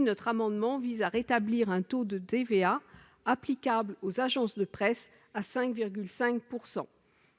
Notre amendement vise à rétablir un taux de TVA applicable aux agences de presse à 5,5 %.